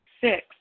Six